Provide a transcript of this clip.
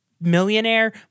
millionaire